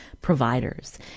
providers